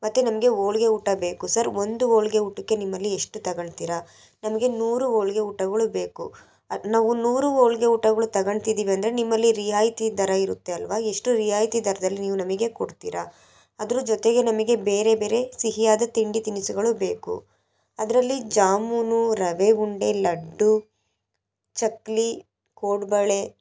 ಮತ್ತು ನಮಗೆ ಹೋಳ್ಗೆ ಊಟ ಬೇಕು ಸರ್ ಒಂದು ಹೋಳ್ಗೆ ಊಟಕ್ಕೆ ನಿಮ್ಮಲ್ಲಿ ಎಷ್ಟು ತಗೋಳ್ತಿರಾ ನಮಗೆ ನೂರು ಹೋಳ್ಗೆ ಊಟಗಳು ಬೇಕು ನಾವು ನೂರು ಹೋಳ್ಗೆ ಊಟಗಳು ತಗೋಳ್ತಿದೀವಿ ಅಂದರೆ ನಿಮ್ಮಲ್ಲಿ ರಿಯಾಯಿತಿ ದರ ಇರುತ್ತೆ ಅಲ್ಲವಾ ಎಷ್ಟು ರಿಯಾಯಿತಿ ದರದಲ್ ನೀವು ನಮಗೆ ಕೊಡ್ತೀರಾ ಅದ್ರ ಜೊತೆಗೆ ನಮಗೆ ಬೇರೆ ಬೇರೆ ಸಿಹಿಯಾದ ತಿಂಡಿ ತಿನಿಸುಗಳು ಬೇಕು ಅದರಲ್ಲಿ ಜಾಮೂನು ರವೆ ಉಂಡೆ ಲಡ್ಡು ಚಕ್ಕುಲಿ ಕೋಡುಬಳೆ